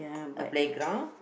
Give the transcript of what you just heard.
a playground